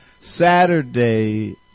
Saturday